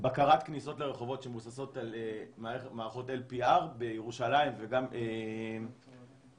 בקרת כניסות לרחובות שמבוססת על מערכות LPR בירושלים ואני חושב